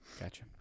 Gotcha